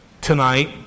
tonight